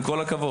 עם כל הכבוד.